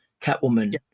Catwoman